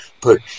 put